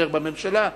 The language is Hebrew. כחבר בממשלה,